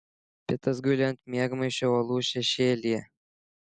pitas guli ant miegmaišio uolų šešėlyje